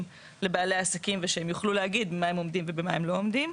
לבעלי העסקים ושהם יוכלו להגיד במה הם עומדים ובמה הם לא עומדים.